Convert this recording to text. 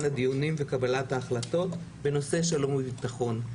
הדיונים וקבלת ההחלטות בנושא שלום וביטחון.